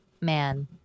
man